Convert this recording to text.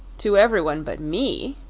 to everyone but me,